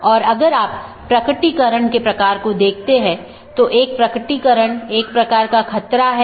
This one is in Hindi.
इस प्रकार एक AS में कई राऊटर में या कई नेटवर्क स्रोत हैं